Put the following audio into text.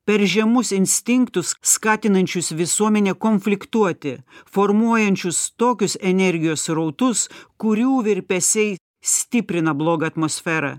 per žemus instinktus skatinančius visuomenę konfliktuoti formuojančius tokius energijos srautus kurių virpesiai stiprina blogą atmosferą